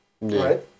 Right